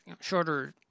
shorter